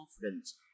confidence